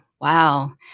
Wow